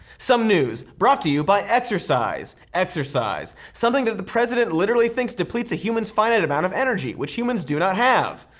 some news, brought to you by exercise. exercise, something that the president literally thinks depletes a human's finite amount of energy, which humans do not have.